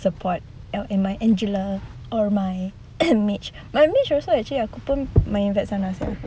support oh and my angela or my mage ah my mage she also actually aku pun main ganas-ganas